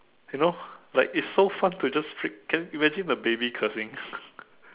you know like it's so fun to just frick~ can you imagine the baby cursing